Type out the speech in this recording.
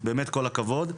באמת כל הכבוד.